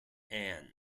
ann